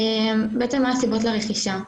מה הסיבות לרכישה?